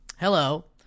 Hello